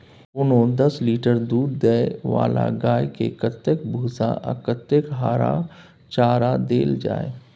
कोनो दस लीटर दूध दै वाला गाय के कतेक भूसा आ कतेक हरा चारा देल जाय?